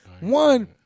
One